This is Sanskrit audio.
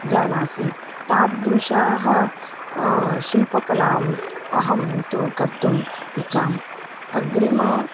जानन्ति तादृशान् शिल्पकलान् अहं तु कर्तुम् इच्छामि अग्रिमम्